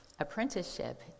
Apprenticeship